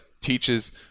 teaches